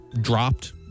dropped